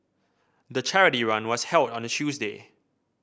the charity run was held on a Tuesday